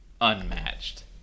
unmatched